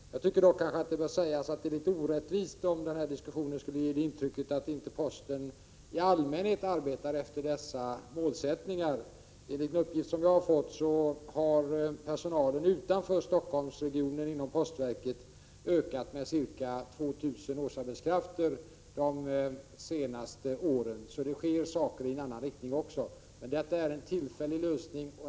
Jag tycker dock att det kanske vore litet orättvist om den här diskussionen — Prot. 1986/87:20 skulle ge intryck av att posten inte i allmänhet arbetar efter dessa 6 november 1986 målsättningar. Enligt uppgift jag har fått har personalen utanför Stockholm= = Y=lblrr ror sregionen inom postverket ökat med ca 2 000 årsarbetskrafter de senaste åren. Det sker alltså saker också i en annan riktning. Det vi nu talar om är som sagt en tillfällig lösning.